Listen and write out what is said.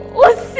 was